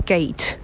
Gate